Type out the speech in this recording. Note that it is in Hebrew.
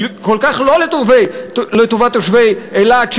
היא כל כך לא לטובת תושבי אילת,